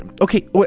okay